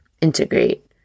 integrate